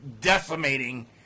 decimating